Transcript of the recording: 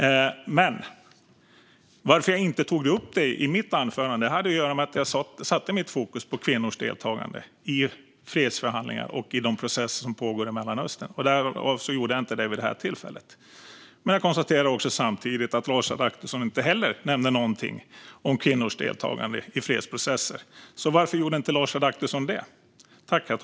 Att jag inte tog upp detta i mitt anförande hade att göra med att jag satte mitt fokus på kvinnors deltagande i fredsförhandlingar och i de processer som pågår i Mellanöstern. Därför tog jag inte upp det vid det här tillfället. Men jag konstaterar samtidigt att Lars Adaktusson inte nämnde någonting om kvinnors deltagande i fredsprocesser. Varför gjorde Lars Adaktusson inte det?